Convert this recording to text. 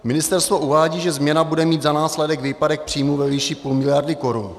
Ministerstvo uvádí, že změna bude mít za následek výpadek příjmů ve výši půl miliardy korun.